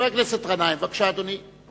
חבר הכנסת גנאים, בבקשה, אדוני.